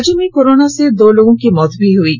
राज्य में कोरोना से दो लोगों की मौत हुई है